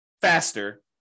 faster